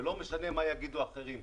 ולא משנה מה יגידו אחרים.